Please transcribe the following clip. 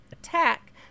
attack